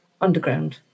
Underground